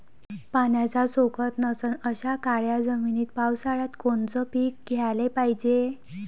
पाण्याचा सोकत नसन अशा काळ्या जमिनीत पावसाळ्यात कोनचं पीक घ्याले पायजे?